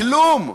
כלום.